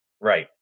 Right